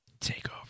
TakeOver